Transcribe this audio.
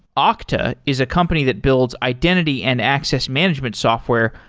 ah okta is a company that builds identity and access management software,